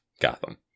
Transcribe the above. gotham